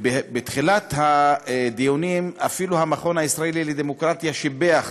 בתחילת הדיונים המכון הישראלי לדמוקרטיה אפילו שיבח